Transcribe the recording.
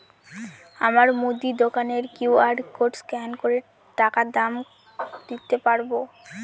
আমার মুদি দোকানের কিউ.আর কোড স্ক্যান করে টাকা দাম দিতে পারব?